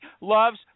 loves